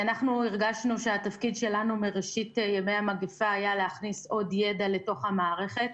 הרגשנו שהתפקיד שלנו מראשית ימי המגיפה היה להכניס עוד ידע לתוך המערכת,